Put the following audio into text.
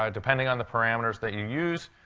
um depending on the parameters that you use,